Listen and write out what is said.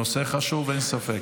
נושא חשוב, אין ספק.